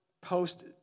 post